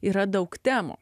yra daug temų